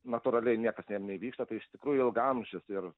natūraliai niekas ten neįvyksta tai iš tikrųjų ilgaamžis ir